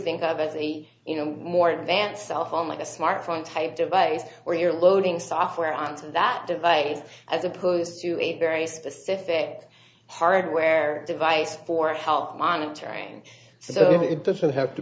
think of as a you know more advanced cell phone like a smartphone type device where you're loading software on to that device as opposed to a very specific hardware device for help monitoring so it doesn't have to